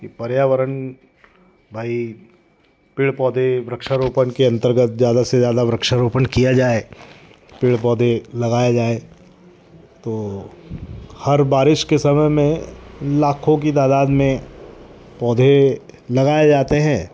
कि पर्यावरण भाई पेड़ पौधे वृक्षारोपण के अंतर्गत ज़्यादा से ज़्यादा वृक्षारोपण किया जाए पेड़ पौधे लगाए जाएँ तो हर बारिश के समय में लाखों की तादाद में पौधे लगाए जाते हैं